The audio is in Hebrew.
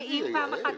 שאם פעם אחת